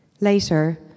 Later